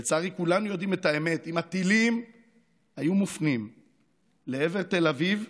לצערי כולנו יודעים את האמת: אם הטילים היו מופנים לעבר תל אביב,